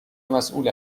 مسئول